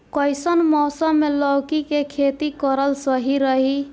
कइसन मौसम मे लौकी के खेती करल सही रही?